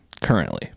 Currently